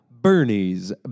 Bernie's